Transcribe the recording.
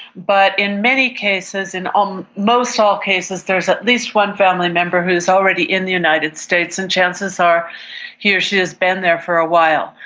but in many cases, in um almost all cases there is at least one family member who is already in the united states, and chances are he or she has been there for a while.